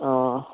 অঁ